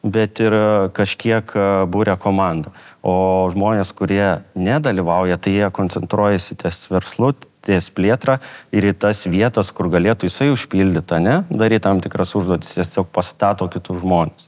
bet ir kažkiek būrio komandų o žmonės kurie nedalyvauja tai jie koncentruojasi ties verslu ties plėtra ir į tas vietas kur galėtų jisai užpildyti ane daryt tam tikras užduotis tiesiog pastato kitus žmones